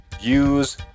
Use